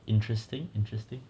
interesting interesting